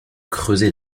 creuser